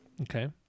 Okay